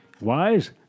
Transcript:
Wise